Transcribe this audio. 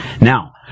Now